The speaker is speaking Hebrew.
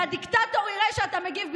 שהדיקטטור יראה שאתה מגיב בשמו,